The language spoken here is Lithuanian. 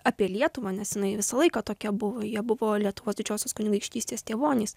apie lietuvą nes jinai visą laiką tokia buvo jie buvo lietuvos didžiosios kunigaikštystės tėvonys